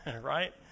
right